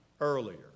earlier